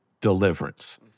deliverance